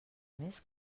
més